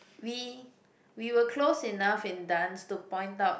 we we were close enough in dance to point out